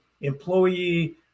employee